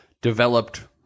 developed